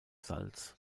salz